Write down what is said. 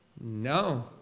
No